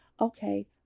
okay